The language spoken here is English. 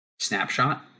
snapshot